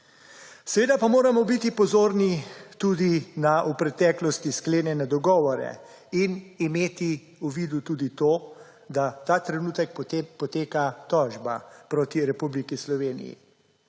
Seveda pa moramo biti pozorni tudi na v preteklosti sklenjene dogovore in imeti v uvidu tudi to, da ta trenutek poteka tožba proti Republiki Sloveniji.